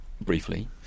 briefly